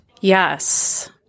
Yes